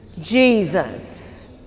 Jesus